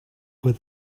with